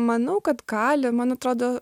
manau kad gali man atrodo